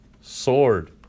sword